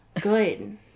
good